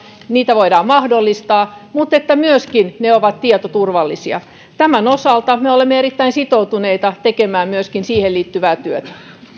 ja niitä voidaan mahdollistaa mutta myöskin siitä että ne ovat tietoturvallisia tämän osalta me olemme erittäin sitoutuneita tekemään myöskin siihen liittyvää työtä